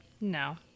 No